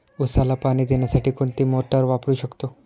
उसाला पाणी देण्यासाठी कोणती मोटार वापरू शकतो?